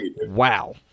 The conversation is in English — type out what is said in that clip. wow